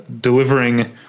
delivering